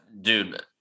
Dude